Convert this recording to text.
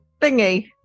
thingy